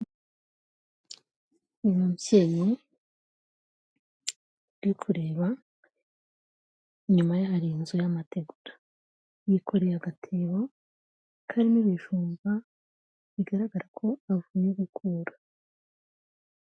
Umubyeyi uri kureba, inyuma ye hari inzu y'amategura, yikoreye agatebo karimo ibijumba, bigaragara ko avuye gukura.